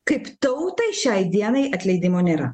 kaip tautai šiai dienai atleidimo nėra